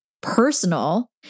personal